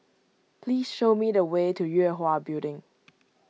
please show me the way to Yue Hwa Building